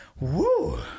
Woo